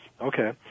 Okay